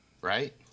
right